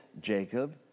Jacob